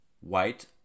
white